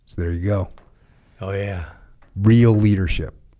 there you go oh yeah real leadership